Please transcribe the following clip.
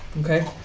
Okay